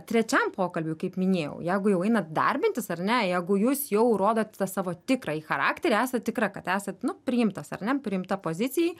trečiam pokalbiui kaip minėjau jeigu jau einat darbintis ar ne jeigu jūs jau rodot tą savo tikrąjį charakterį esat tikra kad esat nu priimtas ar ne priimta pozicijai